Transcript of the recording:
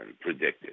predicted